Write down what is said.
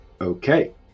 Okay